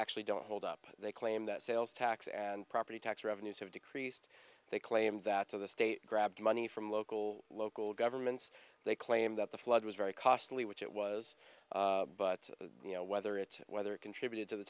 actually don't hold up they claim that sales tax and property tax revenues have decreased they claim that to the state grabbed money from local local governments they claim that the flood was very costly which it was but you know whether it whether it contributed to the